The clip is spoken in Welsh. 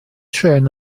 trên